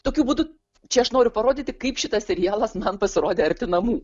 tokiu būdu čia aš noriu parodyti kaip šitas serialas man pasirodė arti namų